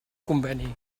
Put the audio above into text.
conveni